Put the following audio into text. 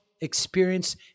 experience